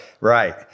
Right